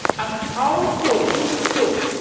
and how to do so